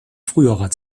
früherer